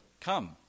come